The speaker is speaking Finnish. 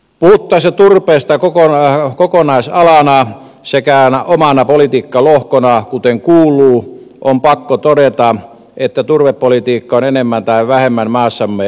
puhuttaessa turpeesta kokonaisalana sekä omana politiikkalohkona kuten kuuluu on pakko todeta että turvepolitiikka on enemmän tai vähemmän maassamme epäonnistunutta